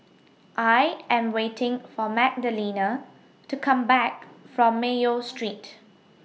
I Am waiting For Magdalena to Come Back from Mayo Street